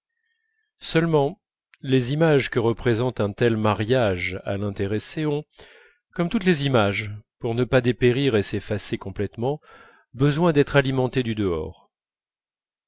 seulement les images que représente un tel mariage à l'intéressé ont comme toutes les images pour ne pas dépérir et s'effacer complètement besoin d'être alimentées du dehors